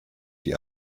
die